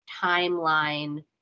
timeline